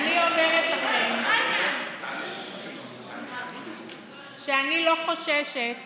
אומרת לכם שאני לא חוששת